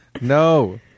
No